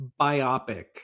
biopic